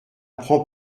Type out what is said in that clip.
prend